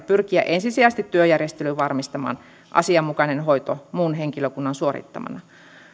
pyrkiä ensisijaisesti työjärjestelyin varmistamaan asianmukainen hoito muun henkilökunnan suorittamana